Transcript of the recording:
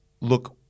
look –